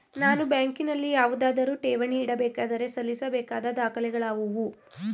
ನಾನು ಬ್ಯಾಂಕಿನಲ್ಲಿ ಯಾವುದಾದರು ಠೇವಣಿ ಇಡಬೇಕಾದರೆ ಸಲ್ಲಿಸಬೇಕಾದ ದಾಖಲೆಗಳಾವವು?